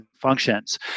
functions